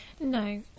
No